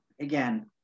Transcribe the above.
Again